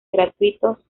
gratuitos